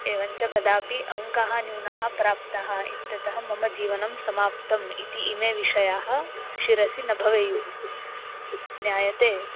एवञ्च कदापि अङ्काः न्यूनाः प्राप्ताः इत्यतः मम जीवनं समाप्तम् इति इमे विषयाः शिरसि न भवेयुः ज्ञायते